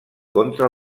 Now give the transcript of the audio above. contra